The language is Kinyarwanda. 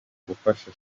gufasha